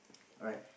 alright